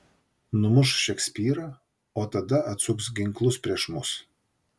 numuš šekspyrą o tada atsuks ginklus prieš mus